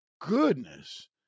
Goodness